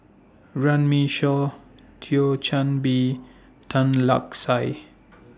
Runme Shaw Thio Chan Bee Tan Lark Sye